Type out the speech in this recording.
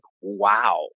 wow